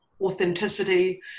authenticity